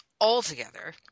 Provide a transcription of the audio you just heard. altogether